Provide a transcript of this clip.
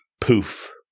poof